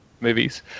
movies